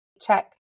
Check